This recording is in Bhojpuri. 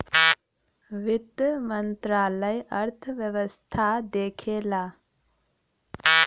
वित्त मंत्रालय अर्थव्यवस्था देखला